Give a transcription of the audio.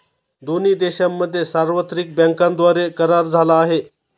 दोन्ही देशांमध्ये सार्वत्रिक बँकांद्वारे करार झाला आहे